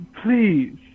please